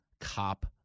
cop